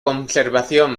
conservación